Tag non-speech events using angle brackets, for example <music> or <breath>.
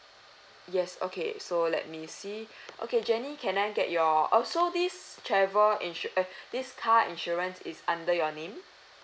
yes okay so let me see <breath> okay jenny can I get your also this travel insure~ eh this car insurance is under your name